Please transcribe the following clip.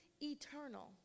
eternal